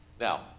Now